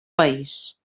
país